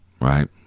right